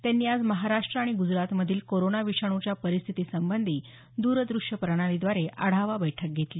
त्यांनी आज महाराष्ट आणि गुजरातमधील कोरोना विषाणूच्या परिस्थीतीसंबंधी द्र दृष्य संवाद प्रणालीद्वारे आढावा बैठक घेतली